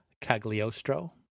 Cagliostro